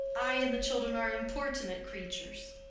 i and the children are importunate creatures.